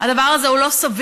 הדבר הזה הוא לא סביר.